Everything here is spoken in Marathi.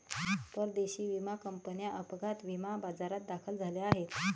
परदेशी विमा कंपन्या अपघात विमा बाजारात दाखल झाल्या आहेत